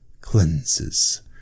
cleanses